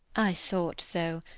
i thought so.